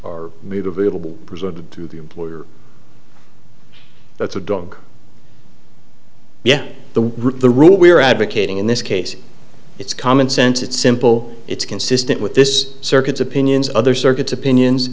or made available presented to the employer that's a dog yeah the rule we're advocating in this case it's common sense it's simple it's consistent with this circuits opinions other circuits opinions